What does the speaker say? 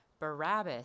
Barabbas